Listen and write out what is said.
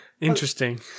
interesting